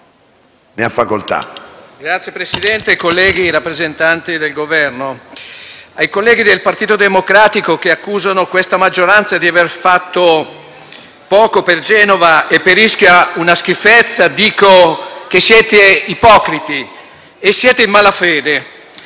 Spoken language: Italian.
Signor Presidente, colleghi, rappresen- tanti del Governo, ai colleghi del Partito Democratico, che accusano questa maggioranza di aver fatto poco per Genova e una schifezza per Ischia, dico che sono ipocriti e in malafede.